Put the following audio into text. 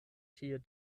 tie